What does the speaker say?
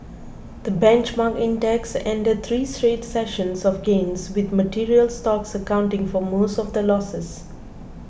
the benchmark index ended three straight sessions of gains with materials stocks accounting for most of the losses